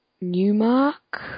Newmark